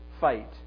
fight